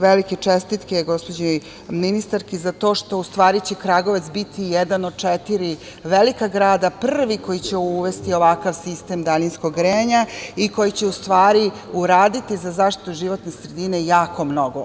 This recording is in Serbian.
Velike čestitke gospođi ministarki za to što će u stvari Kragujevac biti jedan od četiri velika grada koji će prvi uvesti ovakav sistem daljinskog grejanja i koji će u stvari uraditi za zaštitu životne sredine jako mnogo.